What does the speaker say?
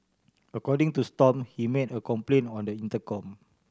according to Stomp he made a complaint on the intercom